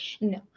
no